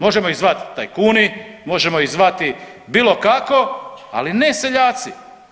Možemo ih zvati tajkuni, možemo iz zvati bilo kako ali ne seljaci.